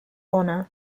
ohne